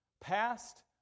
Past